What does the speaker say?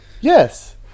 Yes